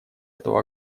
эту